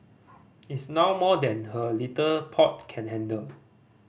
it's now more than her little pot can handle